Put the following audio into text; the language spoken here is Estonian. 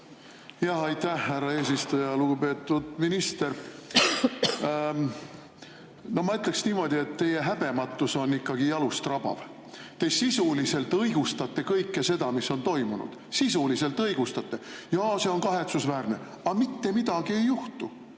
Aitäh, härra eesistuja! Lugupeetud minister! Ma ütleksin niimoodi, et teie häbematus on jalustrabav. Te sisuliselt õigustate kõike seda, mis on toimunud. Sisuliselt õigustate! "Jaa, see on kahetsusväärne." Aga mitte midagi ei juhtu.